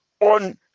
On